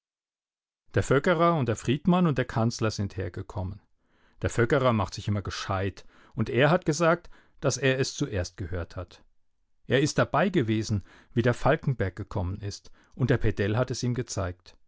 der föckerer und der friedmann und der kanzler sind hergekommen der föckerer macht sich immer gescheit und er hat gesagt daß er es zuerst gehört hat er ist dabei gewesen wie der falkenberg gekommen ist und der pedell hat es ihm gezeigt